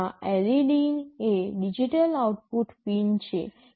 અને આ led એ ડિજિટલ આઉટપુટ પિન છે